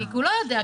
כי הוא לא יודע,